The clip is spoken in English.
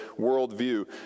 worldview